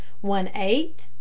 one-eighth